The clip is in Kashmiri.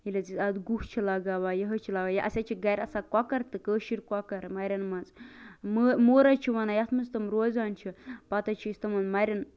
ییٚلہِ حظ أسۍ اتھ گُہہ چھِ لَگاوان اَسہِ حظ چھِ گَرٕ آسان کۄکر تہٕ کٲشٕر کۄکر مَریٚن مَنٛز موٚر حظ چھ وَنان یتھ مَنٛز تم روزان چھِ پتہٕ حظ چھِ أسۍ تمن مَریٚن